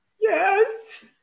yes